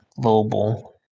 global